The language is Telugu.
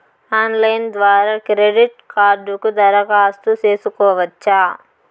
ఆన్లైన్ ద్వారా క్రెడిట్ కార్డుకు దరఖాస్తు సేసుకోవచ్చా?